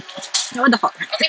like what the fuck